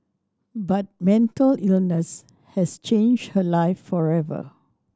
but mental illness has changed her life forever